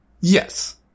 Yes